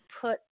put